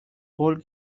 قول